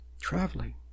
traveling